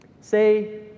Say